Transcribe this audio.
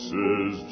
Says